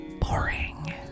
boring